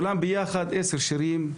בסך הכול עשרה שירים.